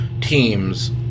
teams